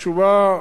תשובה,